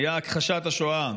היה על הכחשת השואה,